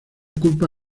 culpa